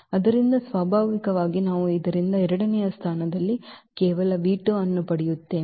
ಆದ್ದರಿಂದ ಸ್ವಾಭಾವಿಕವಾಗಿ ನಾವು ಇದರಿಂದ ಎರಡನೆಯ ಸ್ಥಾನದಲ್ಲಿ ಕೇವಲ ಅನ್ನು ಪಡೆಯುತ್ತೇವೆ